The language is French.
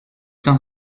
temps